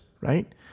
right